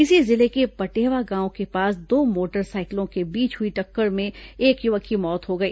इसी जिले के पटेवा गांव के पास दो मोटर सायकलों के बीच हुई टक्कर में एक युवक की मौत हो गई